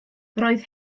roedd